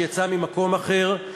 שיצא ממקום אחר,